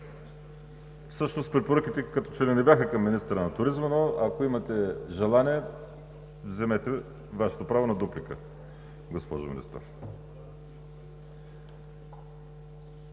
Всъщност препоръките като че ли не бяха към министъра на туризма, но ако имате желание, вземете Вашето право на дуплика, госпожо Министър.